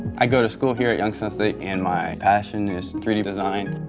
i go to school here at youngstown state, and my passion is three d design.